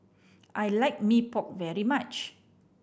I like Mee Pok very much